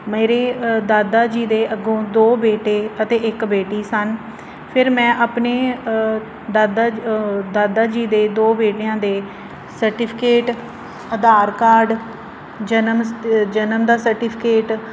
ਮੇਰੇ ਦਾਦਾ ਜੀ ਦੇ ਅੱਗੋਂ ਦੋ ਬੇਟੇ ਅਤੇ ਇੱਕ ਬੇਟੀ ਸਨ ਫਿਰ ਮੈਂ ਆਪਣੇ ਦਾਦਾ ਦਾਦਾ ਜੀ ਦੇ ਦੋ ਬੇਟਿਆਂ ਦੇ ਸਰਟੀਫਿਕੇਟ ਆਧਾਰ ਕਾਰਡ ਜਨਮ ਸ ਜਨਮ ਦਾ ਸਰਟੀਫਿਕੇਟ